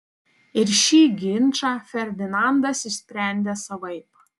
ir šį ginčą ferdinandas išsprendė savaip